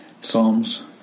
Psalms